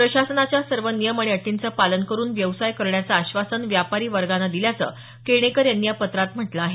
प्रशासनाच्या सर्व नियम आणि अटींचं पालन करून व्यवसाय करण्याचं आश्वासन व्यापारी वर्गानं दिल्याचं केणेकर यांनी या पत्रात म्हटलं आहे